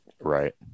Right